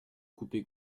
couper